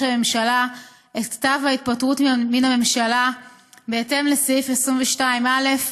הממשלה את כתב ההתפטרות מן הממשלה בהתאם לסעיף 22(א)